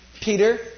Peter